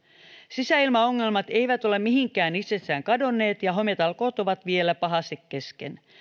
sisäilmaongelmat eivät ole mihinkään itsestään kadonneet ja hometalkoot ovat vielä pahasti kesken